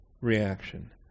reaction